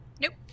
nope